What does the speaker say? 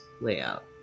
layout